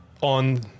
on